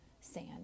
sand